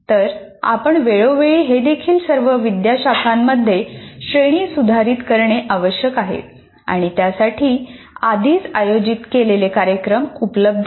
तर आपण वेळोवेळी हे विषय देखील सर्व विद्याशाखांमध्ये श्रेणीसुधारित करणे आवश्यक आहे आणि त्यासाठी आधीच आयोजित केलेले कार्यक्रम उपलब्ध आहेत